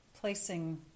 placing